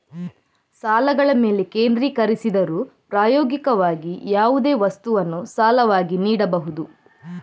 ಸಾಲಗಳ ಮೇಲೆ ಕೇಂದ್ರೀಕರಿಸಿದರೂ, ಪ್ರಾಯೋಗಿಕವಾಗಿ, ಯಾವುದೇ ವಸ್ತುವನ್ನು ಸಾಲವಾಗಿ ನೀಡಬಹುದು